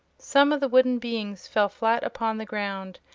some of the wooden beings fell flat upon the ground,